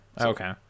Okay